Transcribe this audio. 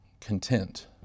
content